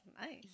nice